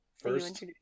First